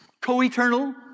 co-eternal